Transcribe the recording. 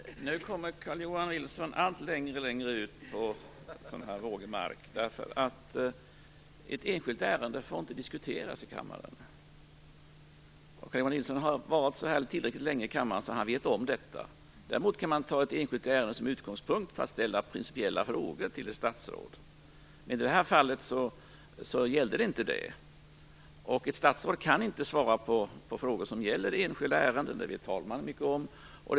Fru talman! Nu kommer Carl-Johan Wilson allt längre ut på vågig mark. Ett enskilt ärende får inte diskuteras i kammaren. Carl-Johan Wilson har suttit med i riksdagen tillräckligt länge för att veta om detta. Däremot kan ett enskilt ärende tas som utgångspunkt för principiella frågor till ett statsråd. I det här fallet gällde det inte det. Ett statsråd kan alltså inte svara på frågor som gäller enskilda ärenden. Det vet andre vice talmannen också mycket väl om.